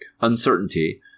uncertainty –